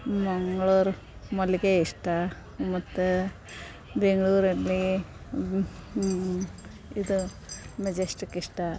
ಮಂಗ್ಳೂರು ಮಲ್ಲಿಗೆ ಇಷ್ಟ ಮತ್ತು ಬೆಂಗಳೂರಲ್ಲಿ ಇದು ಮೆಜೆಶ್ಟಿಕ್ ಇಷ್ಟ